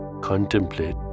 contemplate